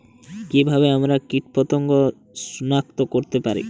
কিভাবে আমরা কীটপতঙ্গ সনাক্ত করতে পারি?